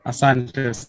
Asante